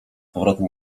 powrotem